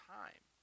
time